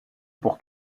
pour